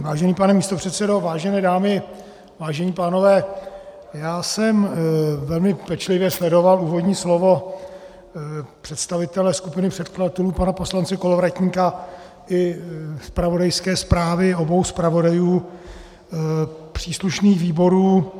Vážený pane místopředsedo, vážené dámy, vážení pánové, velmi pečlivě jsem sledoval úvodní slovo představitele skupiny předkladatelů, pana poslance Kolovratníka, i zpravodajské zprávy obou zpravodajů příslušných výborů.